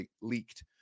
leaked